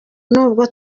n’ubwo